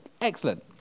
excellent